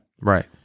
Right